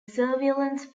surveillance